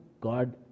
God